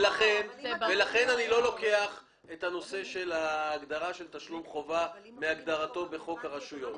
לכן אני לא לוקח את ההגדרה "תשלום חובה" מהגדרתו בחוק הרשויות המקומיות.